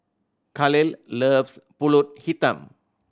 Kahlil loves Pulut Hitam